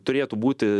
turėtų būti